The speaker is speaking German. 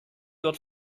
dort